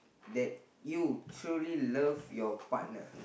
that you truly love your partner